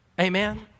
Amen